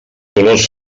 dolors